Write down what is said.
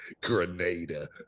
Grenada